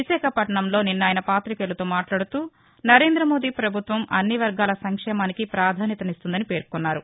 విశాఖపట్నంలో నిన్న ఆయన పాతికేయులతో మాట్లాడుతూ నరేంద మోదీ పభుత్వం అన్ని వర్గాల సంక్షేమానికి పాధాన్యమిస్తోందన్నారు